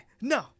No